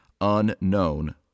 unknown